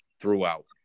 throughout